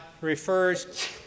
refers